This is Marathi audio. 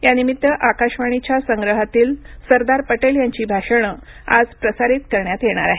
यानिमित्त आकाशवाणीच्या संग्रहातील सरदार पटेल यांची भाषणे आज प्रसारित करण्यात येणार आहेत